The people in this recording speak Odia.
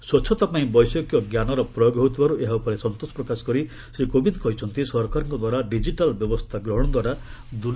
ସ୍ୱଚ୍ଚତାପାଇଁ ବୈଷୟିକ ଜ୍ଞାନର ପ୍ରୟୋଗ ହେଉଥିବାରୁ ଏହା ଉପରେ ସନ୍ତୋଷ ପ୍ରକାଶ କରି ଶ୍ରୀ କୋବିନ୍ଦ୍ କହିଛନ୍ତି ସରକାରଙ୍କଦ୍ୱାରା ଡିଜିଟାଲ୍ ବ୍ୟବସ୍ଥା ଗ୍ରହଣଦ୍ୱାରା ଦୁର୍ନୀତି ରୋକାଯାଇପାରୁଛି